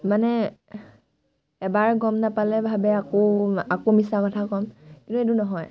মানে এবাৰ গম নাপালে ভাবে আকৌ আকৌ মিছা কথা ক'ম কিন্তু এইটো নহয়